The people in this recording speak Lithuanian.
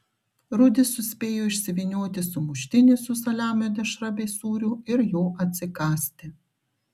rudis suspėjo išsivynioti sumuštinį su saliamio dešra bei sūriu ir jo atsikąsti